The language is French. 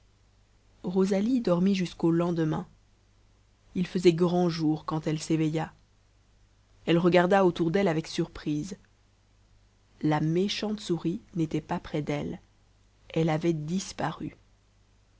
rosalie dormit jusqu'au lendemain il faisait grand jour quand elle s'éveilla elle regarda autour d'elle avec surprise la méchante souris n'était pas près d'elle elle avait disparu